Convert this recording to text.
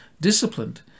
disciplined